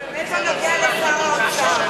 זה באמת לא נוגע לשר האוצר.